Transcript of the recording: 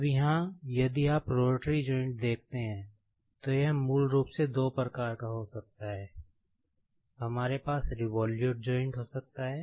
अब यहाँ यदि आप रोटरी जॉइंट् देखते हैं तो यह मूल रूप से दो प्रकार का हो सकता है हमारे पास रिवोल्युट जॉइंट् हो सकता है